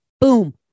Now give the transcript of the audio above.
boom